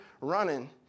running